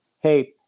hey